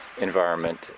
environment